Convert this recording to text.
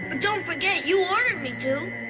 don't forget, you ordered me to.